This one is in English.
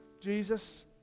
jesus